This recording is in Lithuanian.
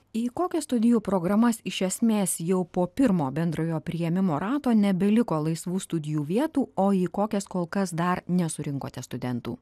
į kokias studijų programas iš esmės jau po pirmo bendrojo priėmimo rato nebeliko laisvų studijų vietų o į kokias kol kas dar nesurinkote studentų